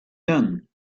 done